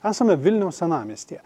esame vilniaus senamiestyje